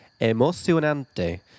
Emocionante